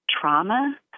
trauma